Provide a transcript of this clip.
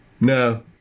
No